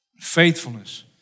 faithfulness